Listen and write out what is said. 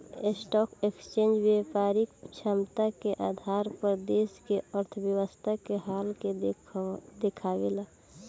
stock exchange व्यापारिक क्षमता के आधार पर देश के अर्थव्यवस्था के हाल के देखावेला